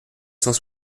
cent